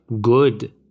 good